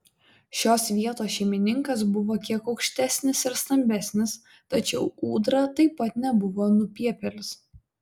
šios vietos šeimininkas buvo kiek aukštesnis ir stambesnis tačiau ūdra taip pat nebuvo nupiepėlis